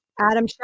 adam